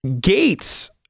Gates